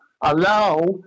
allow